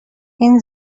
این